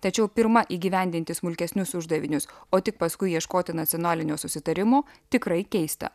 tačiau pirma įgyvendinti smulkesnius uždavinius o tik paskui ieškoti nacionalinio susitarimo tikrai keista